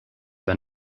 been